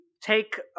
take